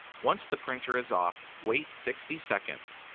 once the printer is off, wait sixty seconds.